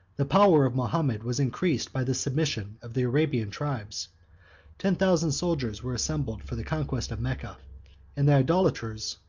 the power of mahomet was increased by the submission of the arabian tribes ten thousand soldiers were assembled for the conquest of mecca and the idolaters,